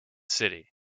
city